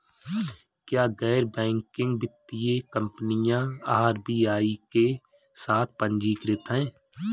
क्या गैर बैंकिंग वित्तीय कंपनियां आर.बी.आई के साथ पंजीकृत हैं?